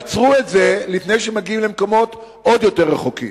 עצרו את זה לפני שמגיעים למקומות עוד יותר רחוקים.